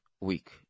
week